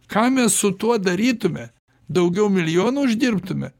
ką mes su tuo darytume daugiau milijonų uždirbtume